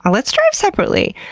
ah let's drive separately.